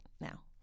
now